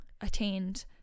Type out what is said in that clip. attained